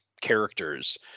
characters